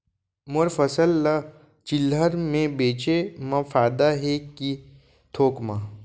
मोर फसल ल चिल्हर में बेचे म फायदा है के थोक म?